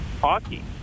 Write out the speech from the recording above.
hockey